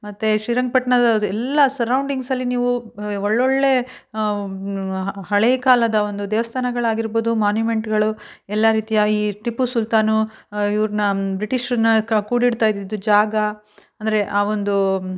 ಮತ್ತೆ ಶ್ರೀರಂಗ್ಪಟ್ಣದ ಅದು ಎಲ್ಲ ಸರೌಂಡಿಂಗ್ಸಲ್ಲಿ ನೀವು ಒಳ್ಳೊಳ್ಳೆ ಹಳೆಯ ಕಾಲದ ಒಂದು ದೇವಸ್ಥಾನಗಳಾಗಿರ್ಬೊದು ಮೋನ್ಯುಮೆಂಟ್ಗಳು ಎಲ್ಲ ರೀತಿಯ ಈ ಟಿಪ್ಪು ಸುಲ್ತಾನು ಇವ್ರನ್ನ ಬ್ರಿಟಿಷ್ರನ್ನ ಕೂಡಿದ್ದ ಇದ್ದಿದ್ದು ಜಾಗ ಅಂದರೆ ಆ ಒಂದು